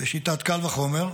בשיטת קל וחומר,